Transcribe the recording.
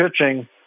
pitching